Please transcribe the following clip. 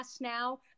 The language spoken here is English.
now